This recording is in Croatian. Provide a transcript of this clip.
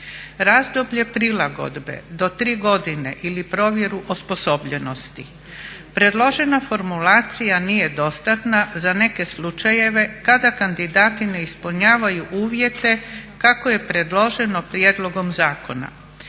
Razdoblje prilagodbe do tri godine ili provjeru osposobljenosti. Predložena formulacija nije dostatna za neke slučajeve kada kandidati ne ispunjavaju uvjete kako je predloženo prijedlogom zakona.